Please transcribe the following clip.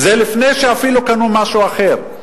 זה לפני שאפילו קנו משהו אחר.